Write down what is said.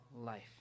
life